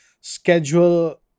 schedule